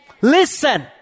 listen